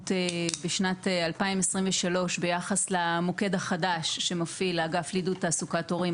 בשנת 2023 ביחס למוקד החדש שמפעיל האגף לעידוד תעסוקת הורים,